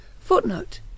footnote